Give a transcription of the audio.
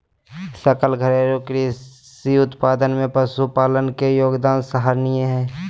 सकल घरेलू कृषि उत्पाद में पशुपालन के योगदान सराहनीय हइ